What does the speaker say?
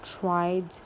tried